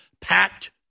packed